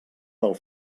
del